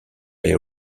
les